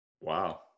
Wow